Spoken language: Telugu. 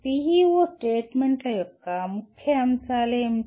PEO స్టేట్మెంట్ల యొక్క ముఖ్య అంశాలు ఏమిటి